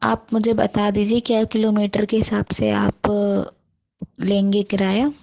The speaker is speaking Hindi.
आप मुझे बता दीजिए कि किलोमीटर के हिसाब से आप लेंगे किराया